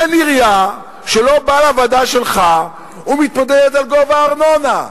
אין עירייה שלא באה לוועדה שלך ומתמודדת על גובה הארנונה.